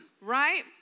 Right